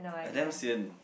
I damn sian